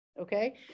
Okay